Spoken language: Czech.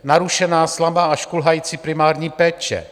Narušená, slabá až kulhající primární péče.